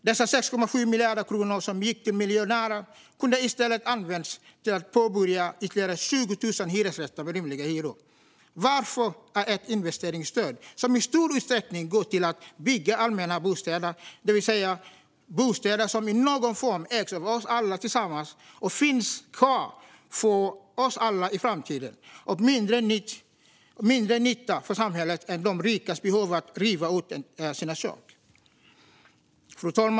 Dessa 6,7 miljarder kronor, som gick till miljonärer, kunde i stället ha använts till att påbörja byggande av ytterligare 20 000 hyresrätter med rimliga hyror. Varför är ett investeringsstöd, som i stor utsträckning går till att bygga allmänna bostäder, det vill säga bostäder som i någon form ägs av oss alla tillsammans och finns kvar för oss alla i framtiden, till mindre nytta för samhället än de rikas behov av att riva ut sina kök?